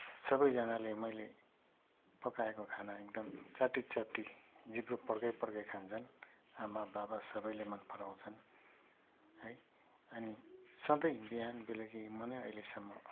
सबैजनाले मैले पकाएको खाना एकदम चाटी चाटी जिब्रो पड्काई पड्काई खान्छन् आमा बाबा सबैले मन पराउँछन् है अनि सधैँ बिहान बेलुकी म नै अहिलेसम्म